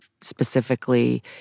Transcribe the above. specifically